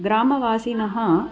ग्रामवासिनः